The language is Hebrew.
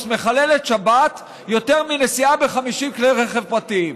מחללת שבת יותר מנסיעה ב-50 כלי רכב פרטיים?